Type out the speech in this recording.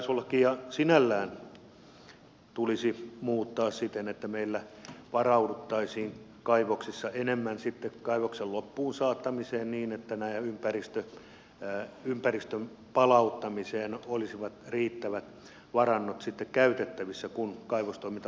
kaivoslakia sinällään tulisi muuttaa siten että meillä varauduttaisiin kaivoksissa enemmän kaivoksen loppuunsaattamiseen niin että ympäristön palauttamiseen olisi riittävät varannot sitten käytettävissä kun kaivostoiminta loppuu